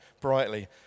brightly